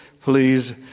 please